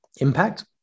impact